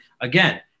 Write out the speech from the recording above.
again